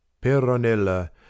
peronella